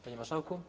Panie Marszałku!